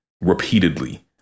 repeatedly